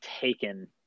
taken